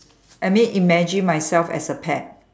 I mean imagine myself as a pet